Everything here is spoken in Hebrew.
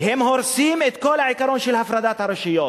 הם הורסים את כל העיקרון של הפרדת הרשויות,